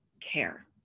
care